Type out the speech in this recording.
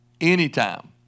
Anytime